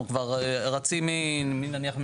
אנחנו כבר רצים מנניח,